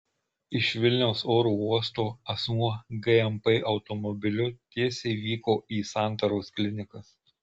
iš vilniaus oro uosto asmuo gmp automobiliu tiesiai vyko į santaros klinikas